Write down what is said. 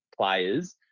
players